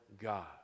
God